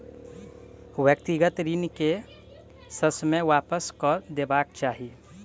व्यक्तिगत ऋण के ससमय वापस कअ देबाक चाही